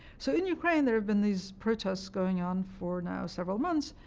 so in ukraine, there have been these protests going on for now several months,